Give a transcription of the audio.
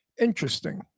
Interesting